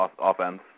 offense